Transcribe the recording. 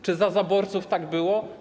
Czy za zaborców tak było?